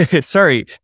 sorry